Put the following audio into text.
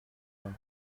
pain